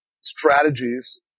strategies